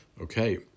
Okay